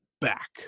back